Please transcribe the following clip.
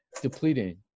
depleting